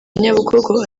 nyabugogo